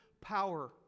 power